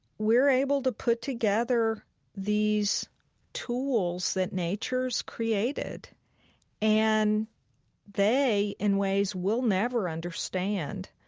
we're able to put together these tools that nature's created and they, in ways we'll never understand,